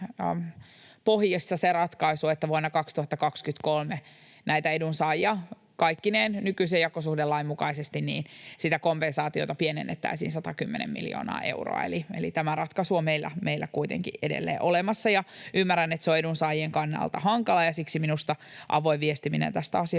pohjissa se ratkaisu, että vuonna 2023 näiltä edunsaajilta kaikkineen nykyisen jakosuhdelain mukaisesti sitä kompensaatiota pienennettäisiin 110 miljoonaa euroa. Eli tämä ratkaisu on meillä kuitenkin edelleen olemassa. Ymmärrän, että se on edunsaajien kannalta hankalaa, ja siksi minusta avoin viestiminen tästä asiasta